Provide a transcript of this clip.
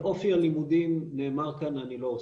על אופי הלימודים נאמר כאן, אני לא אוסיף.